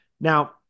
Now